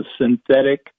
synthetic